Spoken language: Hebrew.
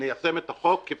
רישום הפרוטוקול הסתיים